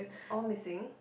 all missing